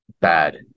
bad